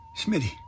Smitty